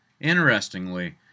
interestingly